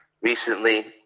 recently